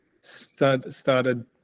started